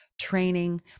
training